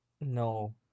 No